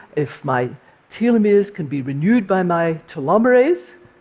if my telomeres can be renewed by my telomerase,